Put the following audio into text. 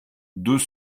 deux